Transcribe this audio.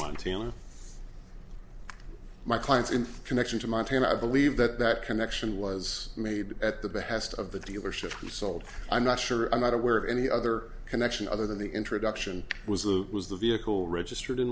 montana my clients in connection to montana i believe that that connection was made at the behest of the dealership who sold i'm not sure i'm not aware of any other connection other than the introduction was the was the vehicle registered in